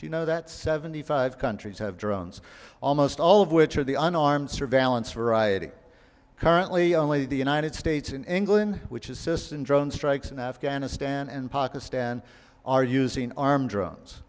you know that seventy five countries have drones almost all of which are the unarmed surveillance variety currently only the united states in england which is system drone strikes in afghanistan and pakistan are using armed dr